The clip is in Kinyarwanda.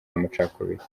amacakubiri